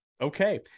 Okay